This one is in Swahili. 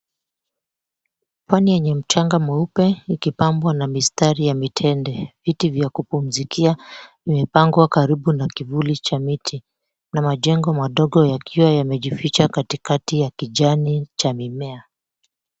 Pwani yenye mchanga mweupe ikipambwa na mistari ya mitende. Viti vya kupumzikia zimepangwa karibu na kivuli cha miti na majengo madogo yakiwa yamejificha katikati ya kijani cha mimea.